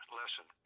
lesson